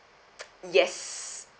yes